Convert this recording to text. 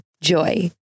Joy